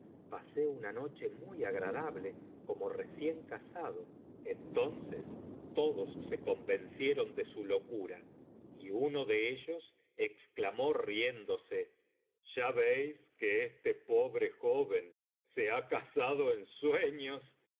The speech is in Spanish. pasé una noche muy agradable como recién casado entonces todos se convencieron de su locura y uno de ellos exclamó riéndose ya veis que este pobre joven se ha casado en sueños